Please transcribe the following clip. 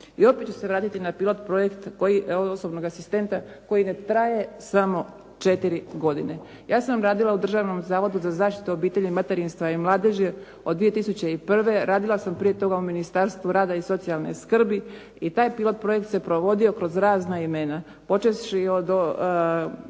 I opet ću se vratiti na pilot projekt osobnog asistenta koji ne traje samo četiri godine. Ja sam radila u Državnom zavodu za zaštitu obitelji, materinstva i mladeži od 2001. Radila sam prije toga u Ministarstvu rada i socijalne skrbi i taj pilot projekt se provodio kroz razna imena počevši od neovisnog